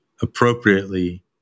appropriately